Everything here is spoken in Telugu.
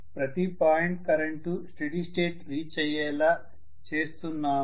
ప్రతి point current steady state reach అయ్యేలా చేస్తున్నాము